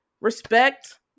respect